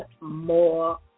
more